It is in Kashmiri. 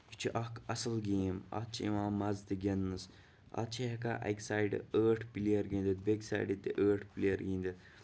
یہِ چھُ اکھ اَصٕل گیم اَتھ چھُ یِوان مَزٕ تہِ گِندنَس اَتھ چھُ ہیٚکان اَکہِ سایڈٕ ٲٹھ پٕلیر گِندِتھ بیٚکہِ سایڈٕ تہِ ٲٹھ پٕلیر گِندِتھ